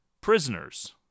Prisoners